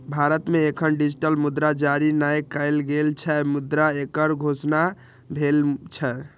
भारत मे एखन डिजिटल मुद्रा जारी नै कैल गेल छै, मुदा एकर घोषणा भेल छै